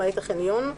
למעט החניון,